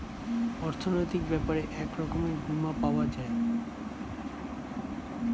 অর্থনৈতিক ব্যাপারে এক রকমের বীমা পাওয়া যায়